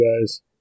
guys